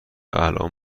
الان